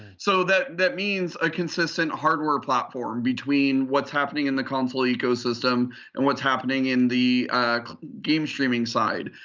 so that that means a consistent hardware platform between what's happening in the console ecosystem and what's happening in the game streaming side.